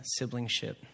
siblingship